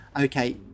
okay